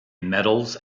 medals